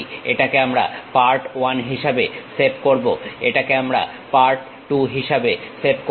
এটাকে আমরা পার্ট 1 হিসাবে সেভ করবো এটাকে আমরা পার্ট 2 হিসাবে সেভ করবো